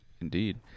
Indeed